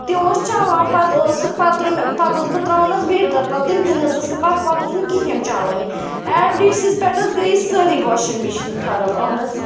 تہِ اوس چَلان پَتہٕ اوس سُہ پَتہٕ ترٛٲوۍ مےٚ پَتہٕ ٲسٕس بہٕ ترٛاوان اَتھ ویٹہٕ دار پَلو تِم تہِ نہ حظ ٲس نہٕ پَتہٕ پَتہٕ اوس نہٕ کِہیٖنۍ چَلٲنی ایٹلیٖسٹَس پٮ۪ٹھ حظ گٔیٚے یہِ سٲرٕے واشنٛگ مِشیٖن خراب اہن حظ